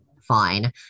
fine